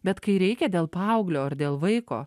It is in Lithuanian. bet kai reikia dėl paauglio ar dėl vaiko